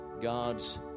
God's